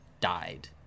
died